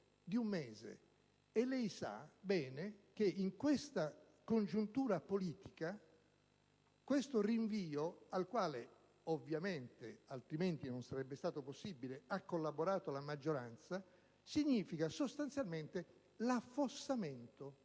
Lei sa bene che in una simile congiuntura politica tale rinvio, al quale ovviamente - altrimenti non sarebbe stato possibile - ha collaborato la sua maggioranza, significa sostanzialmente l'affossamento